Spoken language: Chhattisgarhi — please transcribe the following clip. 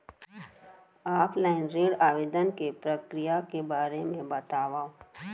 ऑफलाइन ऋण आवेदन के प्रक्रिया के बारे म बतावव?